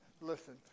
Listen